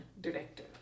director